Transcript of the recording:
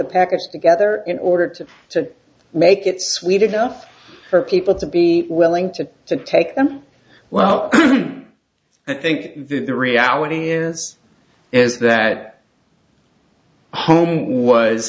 the package together in order to to make it sweet enough for people to be willing to to take them well i think the reality is is that home was